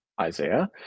isaiah